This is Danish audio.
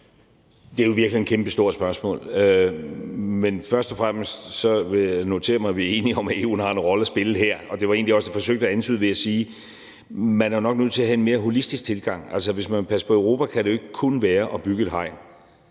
Det er jo i virkeligheden et kæmpestort spørgsmål. Men først og fremmest vil jeg notere mig, at vi er enige om, at EU har en rolle at spille her, og det var egentlig også det, jeg forsøgte at antyde ved at sige, at man nok er nødt til at have en mere holistisk tilgang. Altså, hvis man vil passe på Europa, gøres det jo ikke kun ved at bygge et hegn;